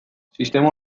sistema